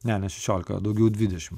ne ne šešiolika daugiau dvidešimt